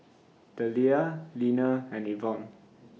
Deliah Leaner and Ivonne